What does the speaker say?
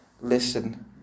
Listen